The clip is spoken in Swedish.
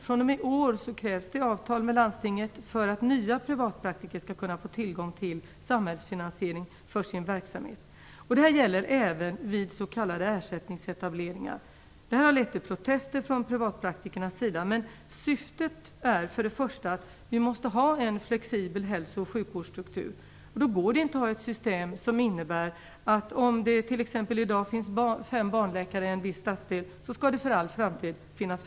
fr.o.m. i år krävs det avtal med landstinget för att nya privatpraktiker skall kunna få tillgång till samhällsfinansiering för sin verksamhet. Det gäller även vid s.k. ersättningsetableringar. Det har lett till protester från privatpraktikernas sida. Syftet är först och främst att vi måste ha en flexibel hälso och sjukvårdsstruktur. Då går det inte att ha ett system som innebär att det för all framtid skall finnas t.ex. fem barnläkare i en viss stadsdel om det är så i dag.